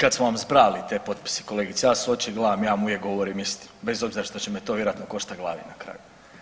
Mi kad smo vam zbrajali te potpise, kolegice, ja sam u oči gledam, ja vam uvijek govorim istinu, bez obzira što će me to vjerojatno koštati glave na kraju.